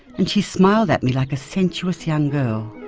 and she smiled at me like a sensuous young girl.